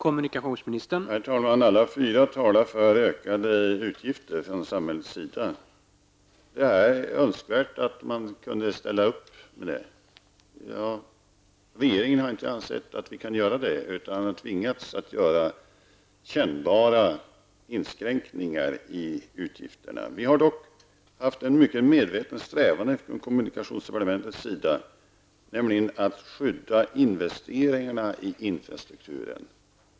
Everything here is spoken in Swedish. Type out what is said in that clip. Herr talman! Alla fyra frågeställarna talade för ökade utgifter för samhället. Det vore önskvärt att man kunde ställa upp. Regeringen har inte ansett att vi kan göra det, utan har tvingats att göra kännbara inskränkningar i utgifterna. Vi har dock en mycket medveten strävan i kommunikationsdepartementet att skydda investeringarna i infrastrukturen.